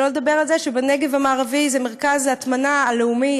שלא לדבר על זה שהנגב המערבי זה מרכז ההטמנה הלאומי.